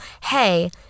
hey